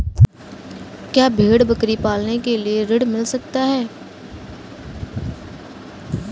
क्या भेड़ बकरी पालने के लिए ऋण मिल सकता है?